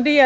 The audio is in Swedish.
Det